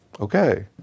Okay